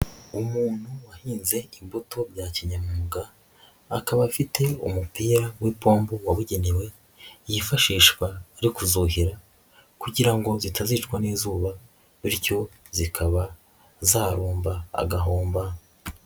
Umuntu wahinze imbuto bya kinyamwuga, akaba afite umupira w'ipombo wabugenewe yifashishwa ari kuzuhira kugira ngo zitazicwa n'izuba, bityo zikaba zarumba agahomba.